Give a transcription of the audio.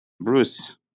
Bruce